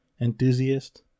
enthusiast